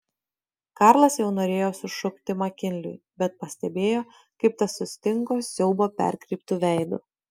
karlas jau norėjo sušukti makinliui bet pastebėjo kaip tas sustingo siaubo perkreiptu veidu